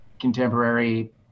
contemporary